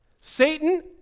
Satan